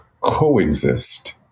coexist